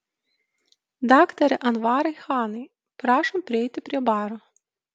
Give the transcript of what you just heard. daktare anvarai chanai prašom prieiti prie baro